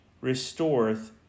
restoreth